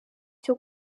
cyo